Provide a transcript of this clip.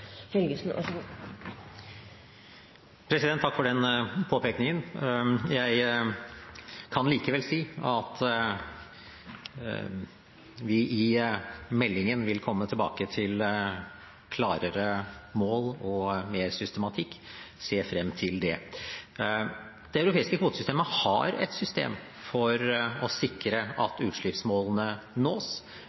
Takk for den påpekningen, president. Jeg kan likevel si at vi i meldingen vil komme tilbake til klarere mål og mer systematikk. Jeg ser frem til det. Det europeiske kvotesystemet har et system for å sikre at utslippsmålene nås.